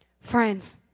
friends